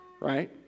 right